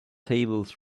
tables